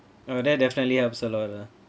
oh that definitely helps a lot ah